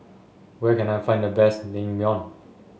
where can I find the best Naengmyeon